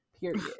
Period